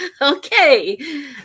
okay